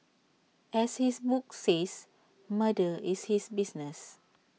as his book says murder is his business